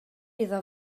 iddo